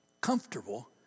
comfortable